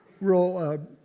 real